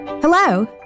Hello